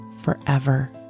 forever